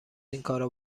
اینکارا